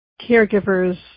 caregivers